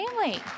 family